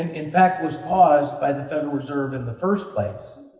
in fact, was caused by the federal reserve in the first place,